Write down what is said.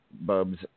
Bubs